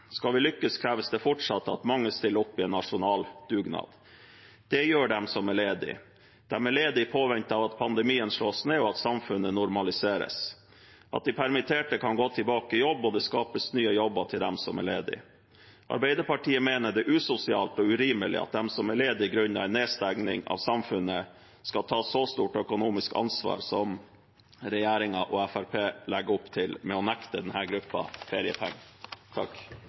Skal vi lykkes, kreves det fortsatt at mange stiller opp i en nasjonal dugnad. Det gjør de som er ledige. De er ledige i påvente av at pandemien slås ned, og at samfunnet normaliseres. For at de permitterte kan gå tilbake i jobb, må det skapes nye jobber til dem som er ledige. Arbeiderpartiet mener det er usosialt og urimelig at de som er ledige grunnet en nedstengning av samfunnet, skal ta så stort økonomisk ansvar som regjeringen og Fremskrittspartiet legger opp til ved å nekte denne gruppen feriepenger.